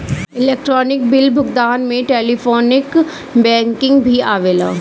electronic bill भुगतान में telephonic banking भी आवेला